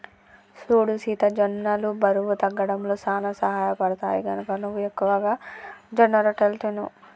సూడు సీత జొన్నలు బరువు తగ్గడంలో సానా సహయపడుతాయి, గనక నువ్వు ఎక్కువగా జొన్నరొట్టెలు తిను